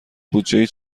بودجهای